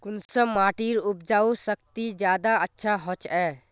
कुंसम माटिर उपजाऊ शक्ति ज्यादा अच्छा होचए?